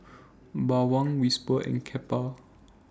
Bawang Whisper and Kappa